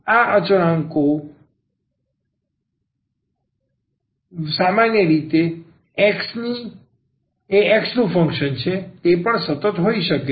તેથી આ અચળાંકો છે અને X એ X નું ફંક્શન છે તે પણ સતત હોઈ શકે છે